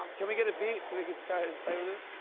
can we get a beat so we can start and play with this?